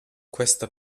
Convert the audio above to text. questa